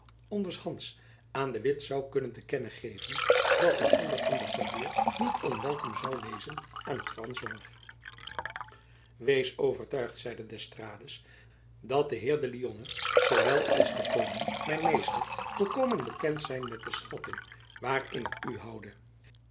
onder s hands aan de witt zoû kunnen te kennen geven dat een ander ambassadeur niet onwelkom zoû wezen aan het fransche hof wees overtuigd zeide d'estrades dat de heer de lionne zoowel als de koning mijn meester volkomen bekend zijn met de schatting waarin ik u houde